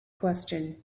question